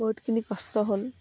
বহুতখিনি কষ্ট হ'ল